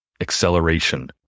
acceleration